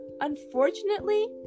unfortunately